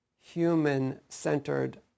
human-centered